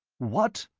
what!